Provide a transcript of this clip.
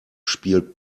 spielt